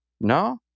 no